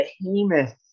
behemoth